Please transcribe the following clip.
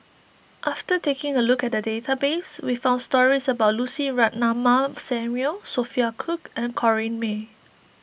after taking a look at the database we found stories about Lucy Ratnammah Samuel Sophia Cooke and Corrinne May